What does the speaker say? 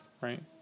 right